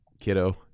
kiddo